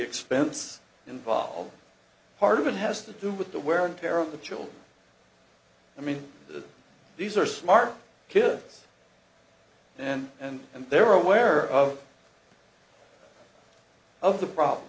expense involved part of it has to do with the wear and tear of the children i mean these are smart kids and and and they're aware of of the problem